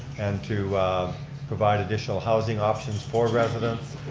and to provide additional housing options for residents.